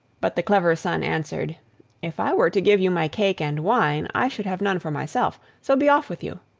but the clever son answered if i were to give you my cake and wine, i should have none for myself, so be off with you,